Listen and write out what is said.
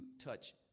touch